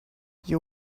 you